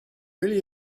really